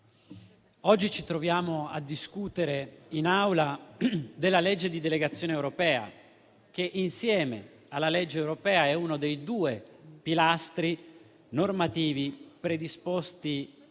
oggi ci troviamo a discutere in Aula della legge di delegazione europea, che insieme alla legge europea è uno dei due pilastri normativi predisposti